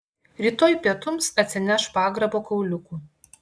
rytoj pietums atsineš pagrabo kauliukų